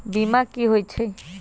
बीमा कि होई छई?